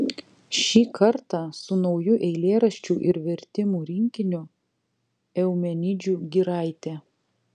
šį kartą su nauju eilėraščių ir vertimų rinkiniu eumenidžių giraitė